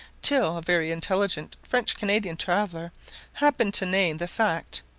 till a very intelligent french canadian traveller happened to name the fact,